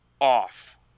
off